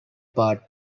part